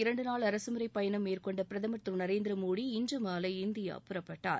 இரண்டுநாள் அரசுமுறைபயணம் மேற்கொண்டபிரதமா் ரஷ்யாவுக்கு திருநரேந்திரமோடி இன்றுமாலை இந்தியா புறப்பட்டார்